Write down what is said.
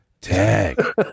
Tag